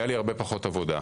היה לי הרבה פחות עבודה.